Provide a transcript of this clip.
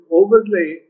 overlay